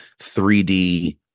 3D